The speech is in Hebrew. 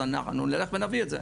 אז אנחנו נלך ונביא את זה,